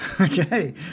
Okay